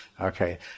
Okay